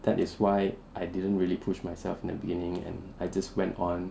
that is why I didn't really push myself in the beginning and I just went on